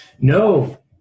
No